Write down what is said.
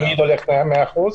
לא תמיד הכול מאה אחוז,